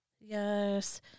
Yes